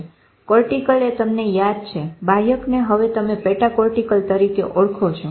cortical એ તમને યાદ છે બાહ્યકને હવે તમે પેટા કોર્ટીકલ તરીકે ઓળખો છો